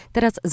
Teraz